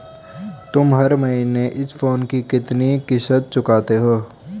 तुम हर महीने इस फोन की कितनी किश्त चुकाते हो?